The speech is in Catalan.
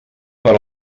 per